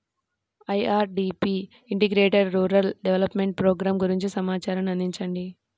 IRDP integrated rural development programme గురించి సమాచారాన్ని అందించండి?